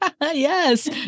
Yes